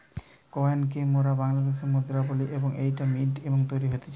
coin কে মোরা বাংলাতে মুদ্রা বলি এবং এইটা মিন্ট এ তৈরী হতিছে